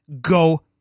go